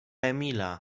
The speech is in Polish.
emila